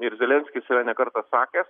ir zelenskis yra ne kartą sakęs